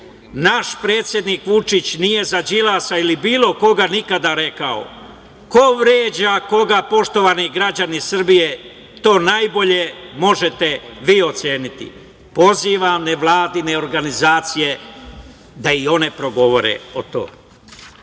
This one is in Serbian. naš predsednik Vučić nije za Đilasa ili bilo koga nikada rekao. Ko vređa koga, poštovani građani Srbije, to najbolje možete vi oceniti. Pozivam nevladine organizacije da i one progovore o